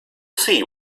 see